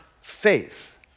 faith